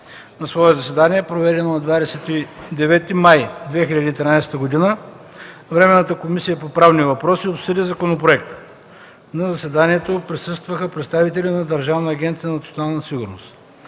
На свое заседание, проведено на 29 май 2013 г., Временната комисия по правни въпроси обсъди законопроекта. На заседанието присъстваха представители от Държавна агенция